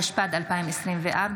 התשפ"ד 2024,